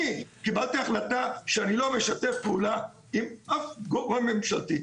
אני קיבלתי החלטה שאני לא משתף פעולה עם אף גורם ממשלתי.